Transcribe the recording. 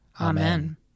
Amen